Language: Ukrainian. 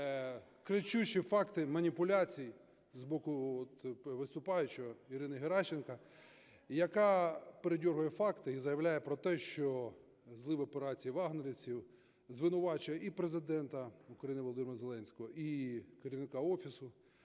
кричущі факти маніпуляцій з боку виступаючого, Ірини Геращенко, яка передьоргує факти і заявляє про те, що злив операції "вагнерівців", звинувачує і Президента України Володимира Зеленського, і Керівника Офісу